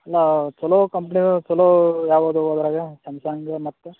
ಅಲ್ಲ ಚೊಲೋ ಕಂಪ್ನೀವು ಚೊಲೋ ಯಾವ ಇದಾವ್ ಅದರಾಗೆ ಸೆಮ್ಸಂಗು ಮತ್ತೆ